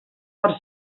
per